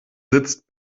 sitzt